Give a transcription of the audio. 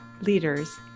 leaders